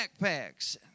backpacks